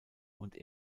und